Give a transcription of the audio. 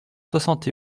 soixante